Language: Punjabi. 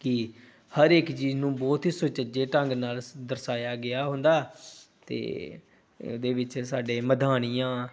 ਕਿ ਹਰ ਇੱਕ ਚੀਜ਼ ਨੂੰ ਬਹੁਤ ਹੀ ਸੁਚੱਜੇ ਢੰਗ ਨਾਲ ਦਰਸਾਇਆ ਗਿਆ ਹੁੰਦਾ ਅਤੇ ਇਹਦੇ ਵਿੱਚ ਸਾਡੇ ਮਧਾਣੀਆਂ